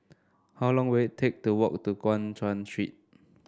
how long will it take to walk to Guan Chuan Street